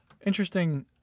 interesting